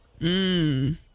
Mmm